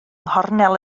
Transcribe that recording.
nghornel